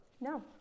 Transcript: No